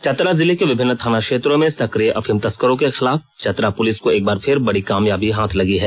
चतरा जिले के विभिन्न थाना क्षेत्रों में सक्रिय अफीम तस्करों के खिलाफ चतरा पुलिस को एक बार फिर बड़ी कामयाबी हाथ लगी है